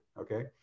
okay